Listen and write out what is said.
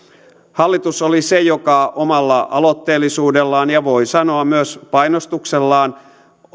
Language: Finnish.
hallitus oli se joka omalla aloitteellisuudellaan ja voi sanoa myös painostuksellaan